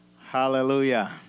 Hallelujah